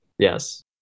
Yes